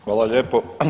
Hvala lijepo.